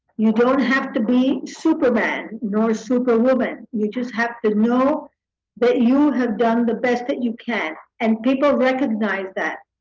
you don't have to be super man nor super woman. you just have to know that you have done the best that you can. and people recognize that.